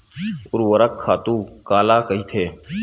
ऊर्वरक खातु काला कहिथे?